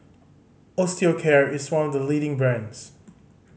Osteocare is one of the leading brands